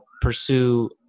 pursue